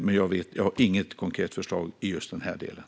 Men jag har inget konkret förslag i just den här delen.